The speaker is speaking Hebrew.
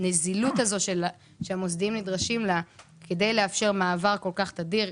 הנזילות שהמוסדיים נדרשים לה כדי לאפשר מעבר כל כך תדיר,